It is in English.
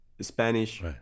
Spanish